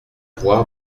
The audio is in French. voir